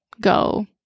go